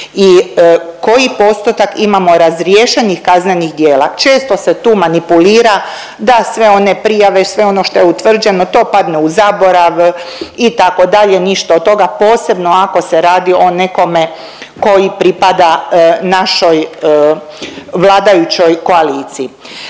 i koji postotak imamo razriješenih kaznenih djela. Često se tu manipulira da sve one prijave, sve ono što je utvrđeno to padne u zaborav itd., ništa od toga, posebno ako se radi o nekome koji pripada našoj vladajućoj koaliciji.